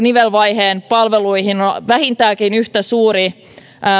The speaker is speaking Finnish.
nivelvaiheen palveluille on vähintäänkin yhtä suuri